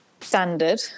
standard